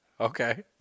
Okay